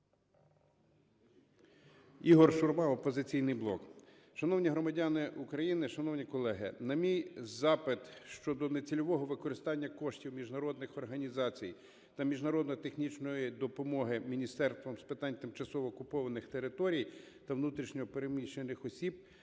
Ігор Шурма, "Опозиційний блок". Шановні громадяни України, шановні колеги, на мій запит щодо нецільового використання коштів міжнародних організацій та міжнародної технічної допомоги Міністерством з питань тимчасово окупованих територій та внутрішньо переміщених осіб